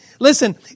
Listen